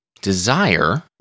Desire